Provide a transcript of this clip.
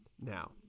Now